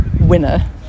winner